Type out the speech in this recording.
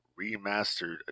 remastered